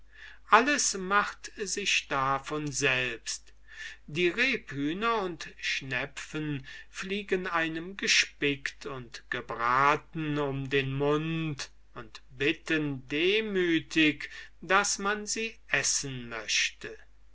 alles macht sich da von selbst die rebhühner und schnepfen fliegen einem gespickt und gebraten um den mund und bitten demütig daß man sie essen möchte